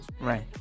Right